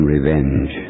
revenge